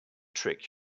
trick